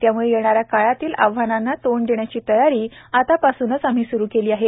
त्यामुळे येणाऱ्या काळातील आव्हानांना तोंड देण्याची तयारी आतापासूनच आम्ही स्रु केली आहे